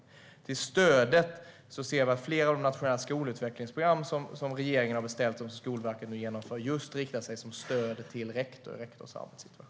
När det gäller stödet ser vi att flera av de nationella skolutvecklingsprogram som regeringen har beställt och som Skolverket nu genomför riktas just till rektorn och rektorns arbetssituation.